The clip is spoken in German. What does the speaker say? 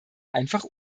einfach